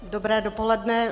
Dobré dopoledne.